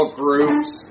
groups